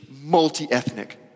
multi-ethnic